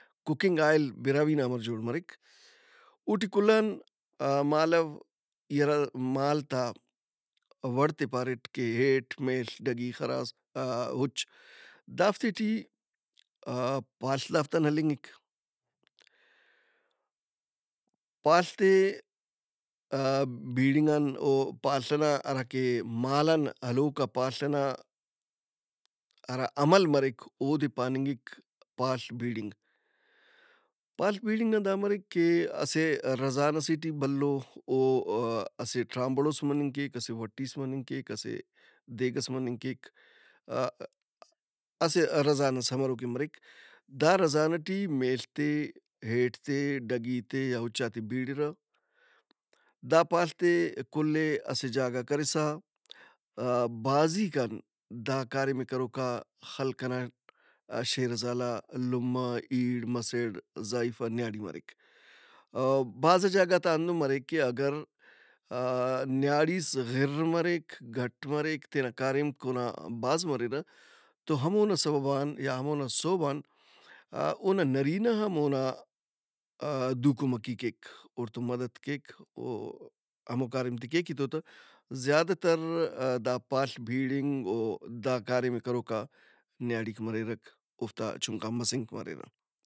Cooking oil Brahui نا امرجوڑمریک۔ اوٹی کل ان مالَو ای ہرامالت آ وڑت ئے پاریٹ کہ ہیٹ، میڷ، ڈھگی، خراس، ہُچ دافتے ٹی پاڷ دافت ان ہلِّنگک۔ پاڷت ئے بِیڑِنگ ان او پاڷ ئنا ہرکہ مال ان ہلوکا پاڷ ئنا ہرا عمل مریک اودے پاننِگک پاڷ بِیڑِنگ۔ پاڷ بِیڑِنگ نا دا مریک کہ اسہ رزان ئسے ٹی بھلو او-ا- اسہ ٹرامبڑوس مننگ کیک، اسہ وٹِیس مننگ کیک، اسہ دیگ ئس مننگ کیک۔ ا-ا- اسہ رزان ئس ہمرو کہ مریک۔ دا رزان ئٹی میلت ئے، ہیٹت ئے، ڈھگیت ئے یا ہُچات ئے بِیڑِرہ۔ دا پاڷت ئے کُل ئے اسہ جاگہ کرسہ آ-بھازِیک ان دا کاریم ئے کروکا خلق ئنا شیرزالا لُمہ، اِیڑ، مسڑ، زائیفہ، نیاڑی مریک۔ بھازا جاگہ تا ہندن مریک کہ اگر نیاڑِیس غِرّ، مریک گھٹ مریک تینا کاریمک اونا بھاز مریرہ۔ تو ہمو نا سوب آن یا ہمونا سوب آن اونا نرینہ ہم اونا دُو کمکی کیک۔ اوڑتو مدت کیک او ہمو کاریمت ئے کیک ای تو تہ۔ زیادہ تر دا پاڷ بِیڑِنگ او دا کاریم ئے کروکا نیاڑِیک مریرک، اوفتا چُھنکا مسِنگ مریرہ۔